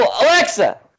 Alexa